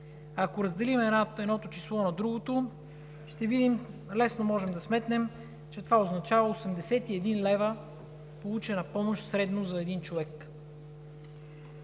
Ако разделим едното число на другото, ще видим, лесно можем да сметнем, че това означава 81 лева получена помощ средно за един човек.